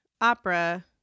opera